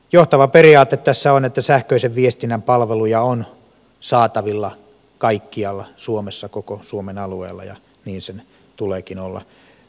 johtava periaate tässä on että sähköisen viestinnän palveluja on saatavilla kaikkialla suomessa koko suomen alueella ja niin sen tuleekin olla